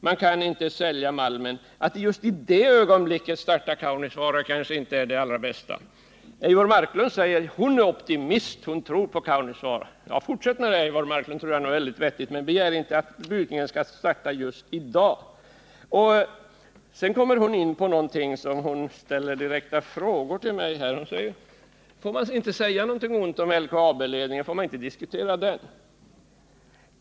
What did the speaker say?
Man kan inte sälja malmen. Att just i det ögonblicket stärka Kaunisvaara kanske inte är det allra bästa. Eivor Marklund säger att hon är optimist. Hon tror på Kaunisvaara. Ja, fortsätt med det, Eivor Marklund. Det är nog vettigt, men begär inte att brytningen skall starta just i dag. Eivor Marklund ställde några direkta frågor till mig. Får man inte säga någonting ont om LKAB-ledningen? Får man ii.te diskutera den?